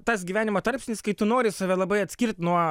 tas gyvenimo tarpsnis kai tu nori save labai atskirt nuo